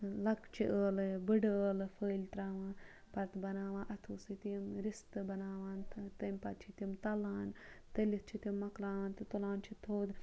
لۄکچہِ ٲلہٕ بٔڈٕ عٲلہٕ پھٔلۍ ترٛاوان پَتہٕ بَناوان اَتھو سۭتۍ یِم رِستہٕ بَناوان تہٕ تمہِ پَتہٕ چھِ تِم تَلان تٔلِتھ چھِ تِم مَکلاوان تہٕ تُلان چھِ تھوٚد